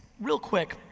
real quick,